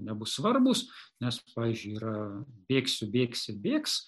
nebus svarbūs nes pavyzdžiui yra bėgsiu bėgsi bėgs